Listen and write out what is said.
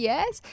Yes